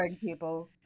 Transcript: people